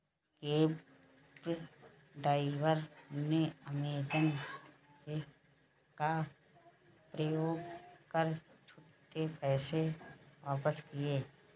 cab driver ने Amazon Pay का प्रयोग कर छुट्टे पैसे वापस किए